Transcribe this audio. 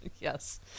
yes